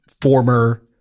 former